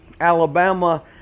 Alabama